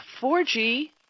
4G